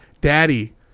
Daddy